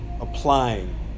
applying